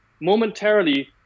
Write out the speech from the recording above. momentarily